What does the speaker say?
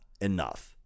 enough